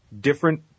different